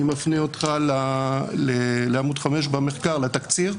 אני מפנה אותך לעמוד 5 במחקר, לתקציר,